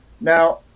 Now